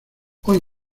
hoy